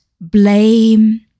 blame